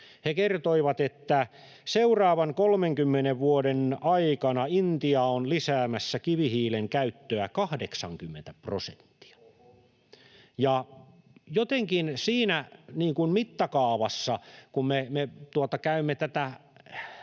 He kertoivat, että seuraavan 30 vuoden aikana Intia on lisäämässä kivihiilen käyttöä 80 prosenttia. [Petri Huru: Oho!] Jotenkin siinä mittakaavassa, kun me käymme tätä